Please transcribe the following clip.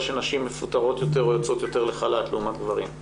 שנשים מפוטרות יותר או יוצאות יותר לחל"ת לעומת גברים?